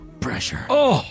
pressure